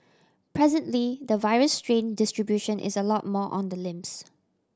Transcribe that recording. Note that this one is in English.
presently the virus strain distribution is a lot more on the limbs